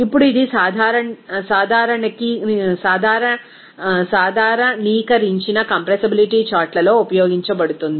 ఇప్పుడు ఇది సాధారణీకరించిన కంప్రెసిబిలిటీ చార్ట్లలో ఉపయోగించబడుతుంది